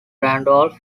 randolph